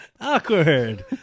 Awkward